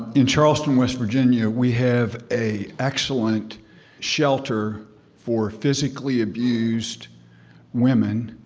in charleston, west virginia, we have a excellent shelter for physically abused women,